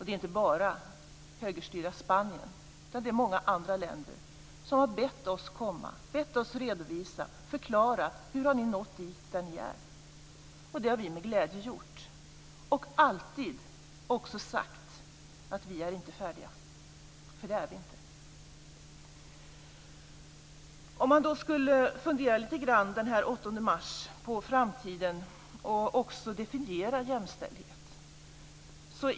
Det är inte bara högerstyrda Spanien utan också många andra länder som har bett oss komma, redovisa och förklara hur vi har nått dit där vi är. Det har vi gjort med glädje. Vi har också alltid sagt att vi inte är färdiga, eftersom vi inte är det. Den 8 mars skulle man kunna fundera lite grann på framtiden och också definiera jämställdheten.